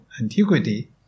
antiquity